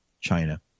China